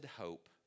hope